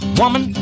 woman